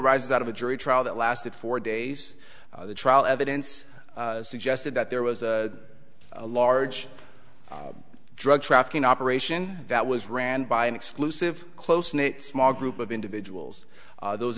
arises out of a jury trial that lasted four days the trial evidence suggested that there was a large drug trafficking operation that was ran by an exclusive close knit small group of individuals those